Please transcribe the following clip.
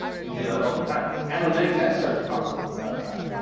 we do that all the time analytics and search console. as a matter of fact,